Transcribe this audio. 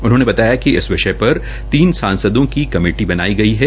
उन्होंने बताया कि इस विषय पर तीन सांसदों की कमेटी बनाई गई है